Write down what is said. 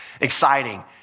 Exciting